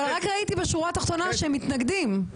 רק ראיתי בשורה התחתונה שהם מתנגדים.